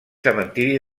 cementiri